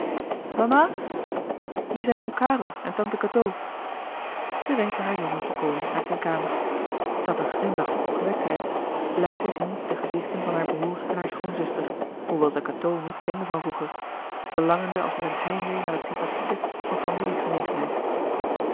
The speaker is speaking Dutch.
mama hier zijn oom karel en tante cateau zij wenkte haar jongen te komen uit zijne kamer zij had een glimlach van opgewektheid blij te zien de gezichten van haar broêr en hare schoonzuster hoewel zij cateau niet kende van vroeger verlangende als met een heimwee naar het sympathieke van